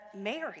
Mary